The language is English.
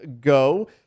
go